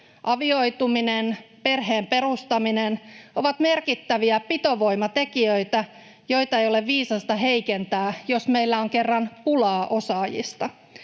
avioituminen, perheen perustaminen ovat merkittäviä pitovoimatekijöitä, joita ei ole viisasta heikentää, jos meillä kerran on pulaa osaajista.